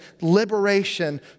liberation